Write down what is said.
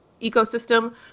ecosystem